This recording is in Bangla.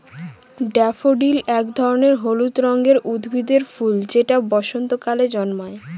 ড্যাফোডিল এক ধরনের হলুদ রঙের উদ্ভিদের ফুল যেটা বসন্তকালে জন্মায়